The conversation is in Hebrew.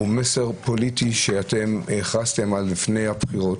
הוא מסר פוליטי שאתם הכרזתם עליו לפני הבחירות.